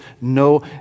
no